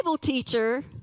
teacher